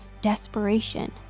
desperation